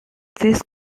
this